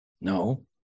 No